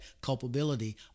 culpability